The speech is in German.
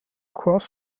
cross